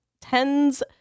tens